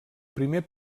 primer